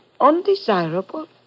Undesirable